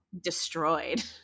destroyed